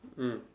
mm